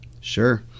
Sure